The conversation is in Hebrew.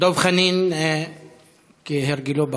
דב חנין, כהרגלו בקודש.